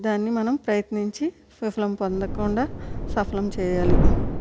దాన్ని మనం ప్రయత్నించి విఫలం పొందకుండా సఫలం చెయ్యాలి